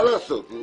מה לעשות.